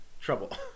trouble